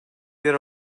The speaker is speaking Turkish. yer